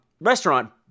restaurant